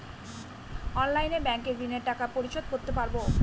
অনলাইনে ব্যাংকের ঋণের টাকা পরিশোধ করতে পারবো?